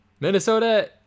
Minnesota